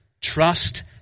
trust